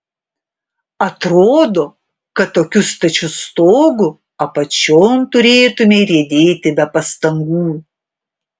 atrodo kad tokiu stačiu stogu apačion turėtumei riedėti be pastangų